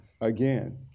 again